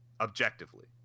objectively